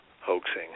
hoaxing